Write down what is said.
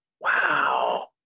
Wow